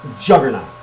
juggernaut